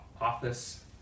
office